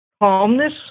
calmness